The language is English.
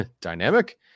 dynamic